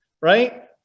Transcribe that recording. right